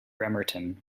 bremerton